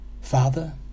Father